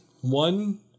One